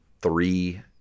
three